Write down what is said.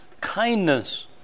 kindness